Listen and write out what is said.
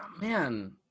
man